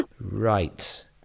Right